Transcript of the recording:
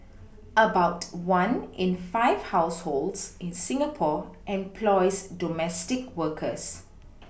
about one in five households in Singapore employs domestic workers